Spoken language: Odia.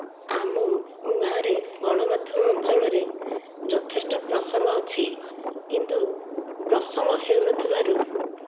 ଆମ ଗାଁରେ ଗଣମାଧ୍ୟମ ଅଞ୍ଚଳରେ ଯଥେଷ୍ଟ ପ୍ରସଙ୍ଗ ଅଛି କିନ୍ତୁ ପ୍ରସଙ୍ଗ ହେଉନଥିବାରୁ